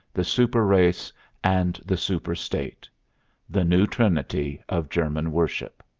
the super-race and the super-state the new trinity of german worship.